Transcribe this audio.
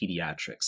pediatrics